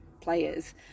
players